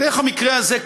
בדרך המקרה הזה,